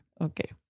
Okay